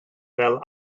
fel